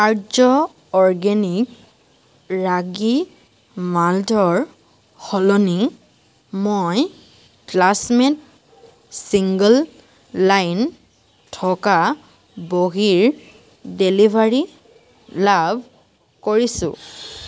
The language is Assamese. আৰ্য অৰ্গেনিক ৰাগী মাল্টৰ সলনি মই ক্লাছমেট ছিংগল লাইন থকা বহীৰ ডেলিভাৰী লাভ কৰিছোঁ